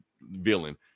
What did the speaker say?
villain